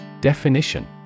Definition